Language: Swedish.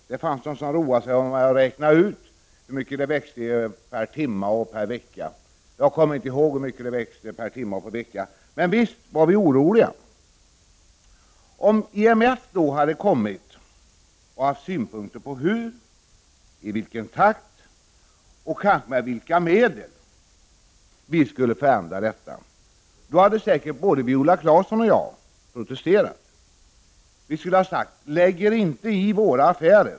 Det fanns de som roade sig med att räkna ut hur mycket det växte per timme och vecka. Jag kommer inte ihåg siffrorna, men nog blev vi oroliga. Om IMF då hade kommit och haft synpunkter på hur, i vilken takt och kanske också med vilka medel vi skulle förändra detta, är jag säker på att både Viola Claesson och jag skulle ha protesterat. Vi skulle ha sagt: Lägg er inte i våra affärer.